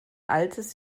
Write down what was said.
altes